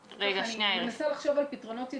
אני מנסה לחשוב על פתרונות יצירתיים.